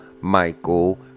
michael